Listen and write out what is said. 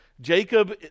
Jacob